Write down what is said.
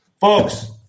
folks